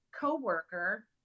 coworker